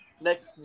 next